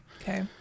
Okay